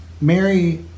Mary